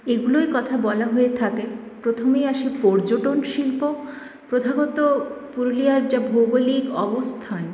এগুলোর কথা বলা হয়ে থাকে প্রথমেই আসে পর্যটন শিল্প প্রথাগত পুরুলিয়ার যা ভৌগোলিক অবস্থান